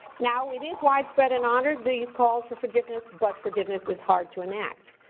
now, it is widespread and honored, these calls for forgiveness, but forgiveness is hard to enact.